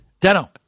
Deno